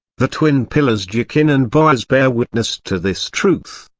the twin pillars jachin and boaz bear witness to this truth.